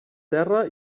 terra